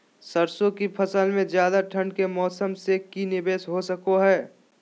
सरसों की फसल में ज्यादा ठंड के मौसम से की निवेस हो सको हय?